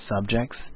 subjects